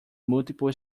multiple